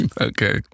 Okay